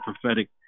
prophetic